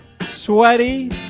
sweaty